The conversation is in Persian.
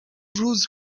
روز